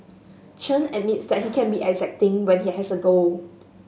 Chen admits that he can be exacting when he has a goal